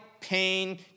pain